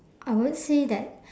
I would say that